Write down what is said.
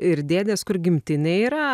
ir dėdės kur gimtinė yra